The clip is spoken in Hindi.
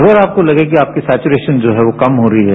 अगर आपको लगे कि आपको सैघूरेदान जो है यो कम हो रही है